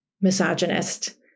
misogynist